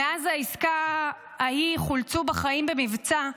מאז העסקה ההיא חולצו בחיים במבצע,